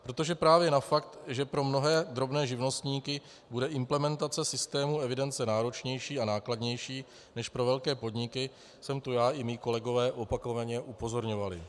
Protože právě na fakt, že pro mnohé drobné živnostníky bude implementace systému evidence náročnější a nákladnější než pro velké podniky, jsme tu já i mí kolegové opakovaně upozorňovali.